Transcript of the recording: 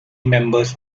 members